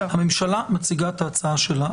הממשלה מציגה את ההצעה שלה.